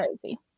crazy